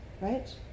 Right